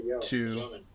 two